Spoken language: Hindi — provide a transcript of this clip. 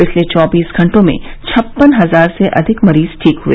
पिछले चौबीस घटों में छप्पन हजार से अधिक मरीज ठीक हुए